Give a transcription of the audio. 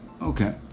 Okay